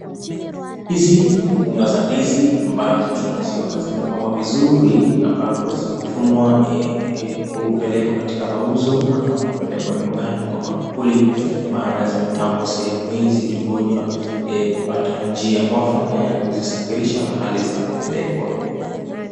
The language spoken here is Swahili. Hizi ni mikunga za ndizi ambazo tunaziona zimepangwa vizuri ambapo zimevunwa kupelekwa katika mauzo ama kupelekwa nyumbani kwa maankuli maana zimepangwa sehemu hii zikingoja kupata njia mwafaka ya kuzisafirisha mahali zinapopelekwa.